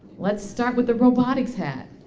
let's start with the robotics hat.